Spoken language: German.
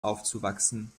aufzuwachsen